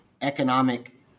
economic